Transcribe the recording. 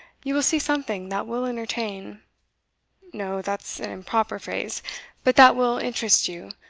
you will see something that will entertain no, that's an improper phrase but that will interest you,